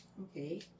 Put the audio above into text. Okay